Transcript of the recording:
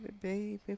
baby